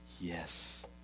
yes